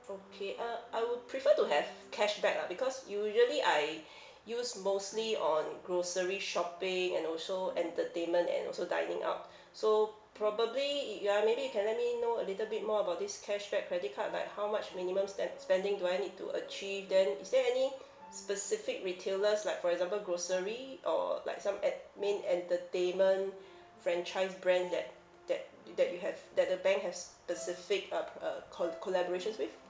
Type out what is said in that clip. okay uh I would prefer to have cashback lah because usually I use mostly on grocery shopping and also entertainment and also dining out so probably y~ ya maybe you can let me know a little bit more about this cashback credit card like how much minimum stem~ spending do I need to achieve then is there any specific retailers like for example grocery or like some at main entertainment franchise brand that that that you have that the bank have specific up uh coll~ collaborations with